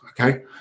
okay